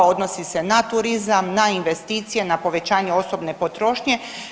Odnosi se na turizam, na investicije, na povećanje osobne potrošnje.